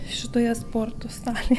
šitoje sporto salėje